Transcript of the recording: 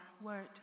word